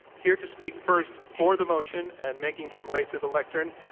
here to speak first for the motion and making his way to the lectern,